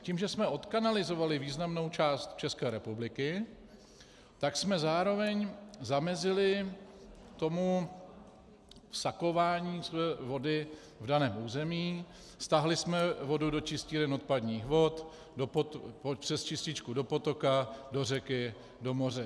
Tím, že jsme odkanalizovali významnou část České republiky, tak jsme zároveň zamezili tomu vsakování se vody v daném území, stáhli jsme vodu do čistíren odpadních vod, přes čističku do potoka, do řeky, do moře.